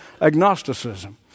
agnosticism